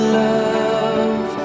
love